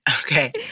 Okay